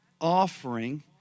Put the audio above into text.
Offering